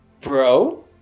Bro